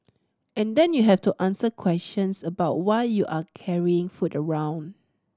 and then you have to answer questions about why you are carrying food around